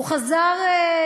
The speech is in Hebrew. הוא חזר,